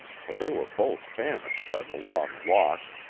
for they were both famished by the long walk,